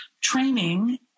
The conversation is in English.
training